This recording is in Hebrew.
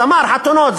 זמר חתונות,